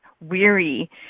weary